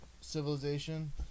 civilization